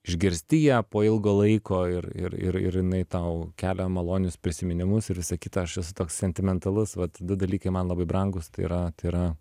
išgirsti ją po ilgo laiko ir ir ir ir jinai tau kelia malonius prisiminimus ir visa kita aš esu toks sentimentalus vat du dalykai man labai brangūs tai yra tai yra